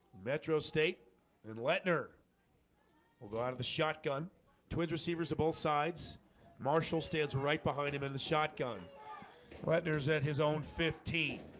metro state and letner will go out of the shotgun twins receivers of both sides marshall stands right behind him in the shotgun wet nurse at his own fifteen